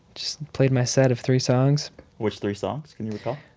just played my set of three songs which three songs? can you recall?